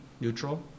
neutral